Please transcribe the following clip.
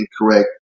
incorrect